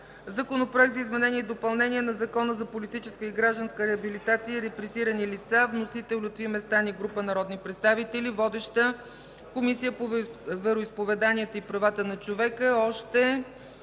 Законопроект за изменение и допълнение на Закона за политическа и гражданска реабилитация и репресирани лица. Вносители – Лютви Местан и група народни представители. Водеща е Комисията по вероизповеданията и правата на човека.